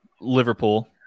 Liverpool